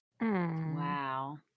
Wow